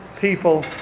people